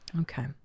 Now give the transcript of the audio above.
Okay